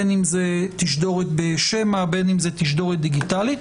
בין אם זה תשדורות בשמע ובין אם זה תשדורות דיגיטלית,